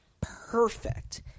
perfect